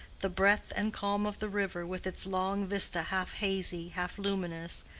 the breadth and calm of the river, with its long vista half hazy, half luminous,